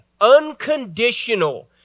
unconditional